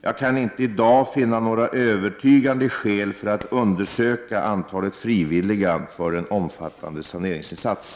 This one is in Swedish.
Jag kan inte i dag finna några övertygande skäl för att undersöka vilket antal frivilliga som kan komma i fråga för en omfattande saneringsinsats.